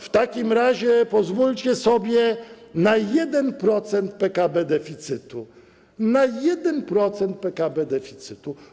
W takim razie pozwólcie sobie na 1% PKB deficytu, na 1% PKB deficytu.